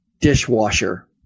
dishwasher